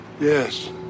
Yes